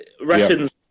Russians